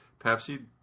Pepsi